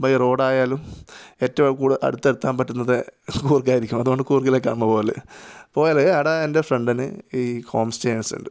by റോഡായാലും ഏറ്റവും കൂടുതല് അടുത്തെത്താന് പറ്റുന്നത് കൂര്ഗായിരിക്കും അതുകൊണ്ട് കൂര്ഗിലേക്കാണ് നമ്മൾ പോകല് പോയാൽ അവിടെ എന്റെ ഫ്രണ്ടിന് ഈ ഹോം സ്റ്റേയ്സ് ഉണ്ട്